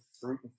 fruit